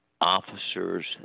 officers